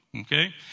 okay